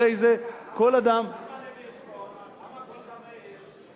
הרי כל אדם, למה לוי אשכול, למה גולדה מאיר?